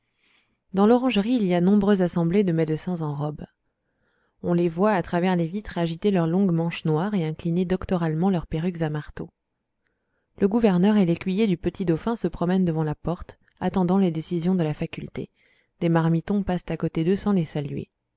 dans l'orangerie il y a nombreuse assemblée de médecins en robe on les voit à travers les vitres agiter leurs longues manches noires et incliner doctoralement leurs perruques à marteaux le gouverneur et l'écuyer du petit dauphin se promènent devant la porte attendant les décisions de la faculté des marmitons passent à côté d'eux sans les saluer